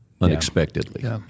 unexpectedly